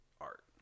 art